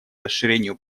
расширению